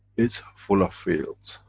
it's full of fields.